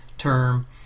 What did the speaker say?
term